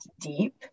deep